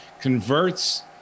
converts